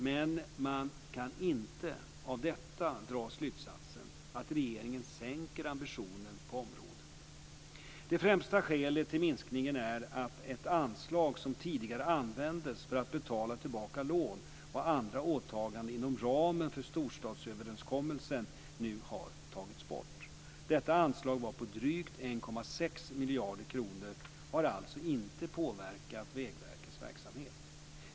Men man kan inte av detta dra slutsatsen att regeringen sänker ambitionen på området. Det främsta skälet till minskningen är att ett anslag som tidigare användes för att betala tillbaka lån och andra åtaganden inom ramen för storstadsöverenskommelserna nu har tagits bort. Detta anslag var på drygt 1,6 miljarder kronor och har alltså inte påverkat Vägverkets verksamhet.